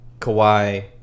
Kawhi